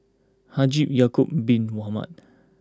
Haji Ya'Acob Bin Mohamed